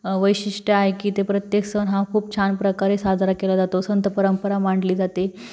वैशिष्ट्य आहे की इथे प्रत्येक सण हा खूप छान प्रकारे साजरा केला जातो संतपरंपरा मांडली जाते